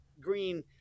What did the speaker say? green